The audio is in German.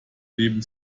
leben